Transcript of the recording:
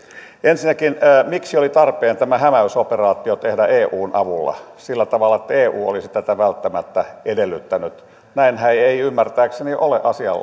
ensinnäkin miksi oli tarpeen tämä hämäysoperaatio tehdä eun avulla sillä tavalla että eu olisi tätä välttämättä edellyttänyt näinhän ei ei ymmärtääkseni ole asian